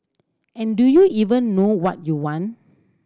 and do you even know what you want